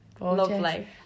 Lovely